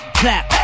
clap